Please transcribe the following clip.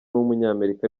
w’umunyamerika